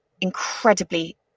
incredibly